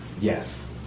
yes